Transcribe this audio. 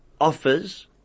offers